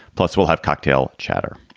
plus, we'll have cocktail chatter.